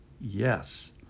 yes